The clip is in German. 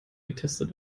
getestet